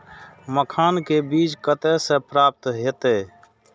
मखान के बीज कते से प्राप्त हैते?